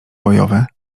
bojowe